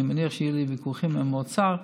אני מניח שיהיו לי ויכוחים עם האוצר,